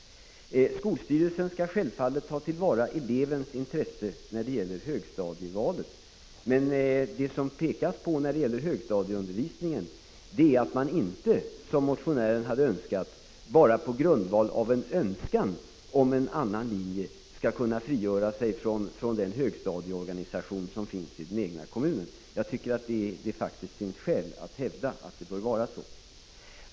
Skolstyrelsen skall självfallet ta till vara elevens intressen när det gäller högstadievalet, men det som understryks när det gäller högstadieundervisningen är att en elev inte, som motionären vill, bara på grundval av en önskan om en annan linje skall kunna frigöra sig från den högstadieorganisation som finns i den egna kommunen. Jag tycker faktiskt att det finns skäl att hävda den inställningen.